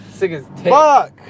Fuck